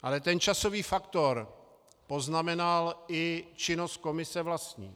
Ale ten časový faktor poznamenal i činnost komise vlastní.